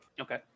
Okay